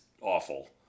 awful